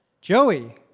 Joey